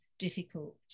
difficult